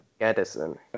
Edison